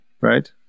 right